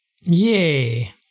Yay